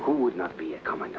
who would not be a comm